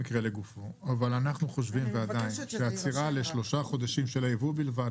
אבל אנחנו חושבים שעצירה לשלושה חודשים של היבוא בלבד,